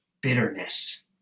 bitterness